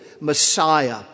Messiah